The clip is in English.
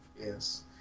Yes